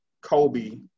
Kobe